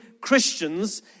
Christians